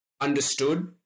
understood